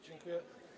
Dziękuję.